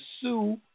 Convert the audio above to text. sue